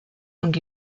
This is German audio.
und